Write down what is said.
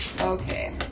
Okay